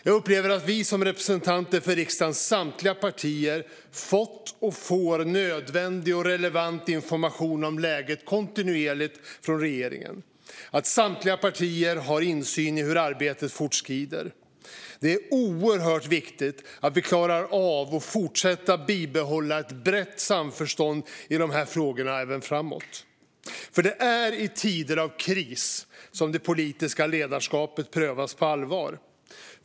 Jag upplever att vi som representanter för riksdagens samtliga partier kontinuerligt fått och får nödvändig och relevant information om läget från regeringen och att samtliga partier har insyn i hur arbetet fortskrider. Det är oerhört viktigt att vi klarar av att bibehålla ett brett samförstånd i de här frågorna även framåt. Det är nämligen i tider av kris som det politiska ledarskapet prövas på allvar.